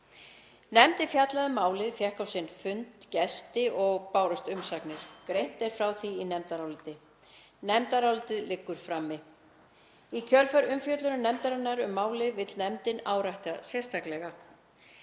Nefndin fjallaði um málið og fékk á sinn fund gesti og bárust umsagnir. Greint er frá því í nefndaráliti en það liggur frammi. Í kjölfar umfjöllunar nefndarinnar um málið vill nefndin árétta sérstaklega